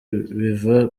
biva